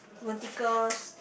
vertical